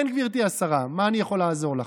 כן, גברתי השרה, במה אני יכול לעזור לך?